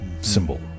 symbol